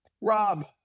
Rob